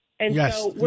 Yes